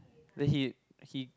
then he he